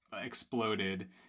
exploded